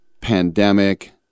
pandemic